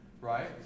right